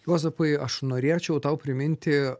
juozapai aš norėčiau tau priminti